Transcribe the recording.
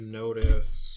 notice